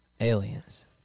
Aliens